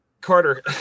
Carter